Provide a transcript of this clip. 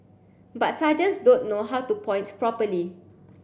but sergeants don't know how to point properly